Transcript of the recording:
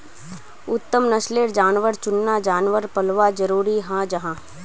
उत्तम नस्लेर जानवर चुनना जानवर पल्वात ज़रूरी हं जाहा